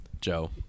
Joe